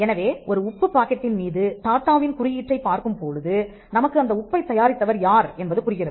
எனவே ஒரு உப்பு பாக்கெட்டின் மீது டாட்டாவின் குறியீட்டைப் பார்க்கும்பொழுது நமக்கு அந்த உப்பைத் தயாரித்தவர் யார் என்பது புரிகிறது